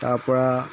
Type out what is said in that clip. তাৰপৰা